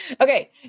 Okay